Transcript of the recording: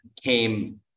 came